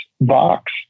Box